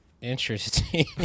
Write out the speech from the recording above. Interesting